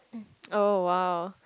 oh !wow!